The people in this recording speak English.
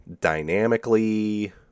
dynamically